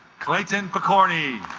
clayton pokorny